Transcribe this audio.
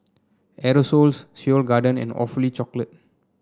Aerosoles Seoul Garden and Awfully Chocolate